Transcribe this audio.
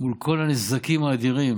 מול כל הנזקים האדירים